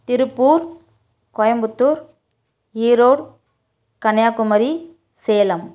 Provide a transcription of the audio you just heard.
Tiruppur Coimbatore Erode Kanyakumari Salem